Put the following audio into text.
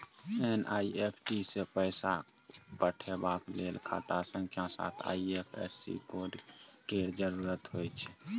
NEFT सँ पैसा पठेबाक लेल खाता संख्याक साथ आई.एफ.एस.सी कोड केर जरुरत होइत छै